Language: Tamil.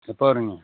எப்போ வர்றீங்க